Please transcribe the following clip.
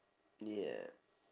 yeah